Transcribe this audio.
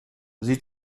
sie